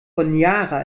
honiara